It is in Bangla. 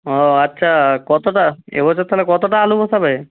ও আচ্ছা কতোটা এ বছর তাহলে কতোটা আলু বসাবে